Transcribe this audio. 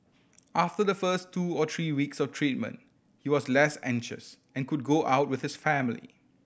after the first two or three weeks of treatment he was less anxious and could go out with his family